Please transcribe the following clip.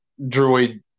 droid